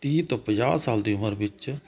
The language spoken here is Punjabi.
ਤੀਹ ਤੋਂ ਪੰਜਾਹ ਸਾਲ ਦੀ ਉਮਰ ਵਿੱਚ